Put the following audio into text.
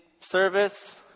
service